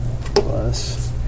Plus